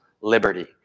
liberty